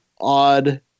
odd